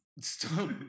Stop